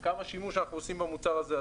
כמה שימוש אנחנו עושים במוצר הזה.